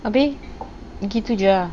habis begitu jer ah